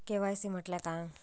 KYC म्हटल्या काय?